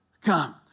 come